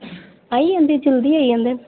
आई अंदे जल्दी आई अंदे